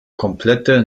komplette